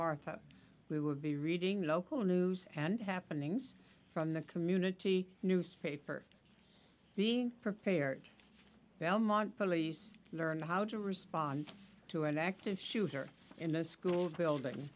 martha we will be reading local news and happenings from the community newspaper being prepared belmont police learned how to respond to an active shooter in a school building